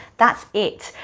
that's it,